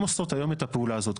והן עושות היום את הפעולה הזאת.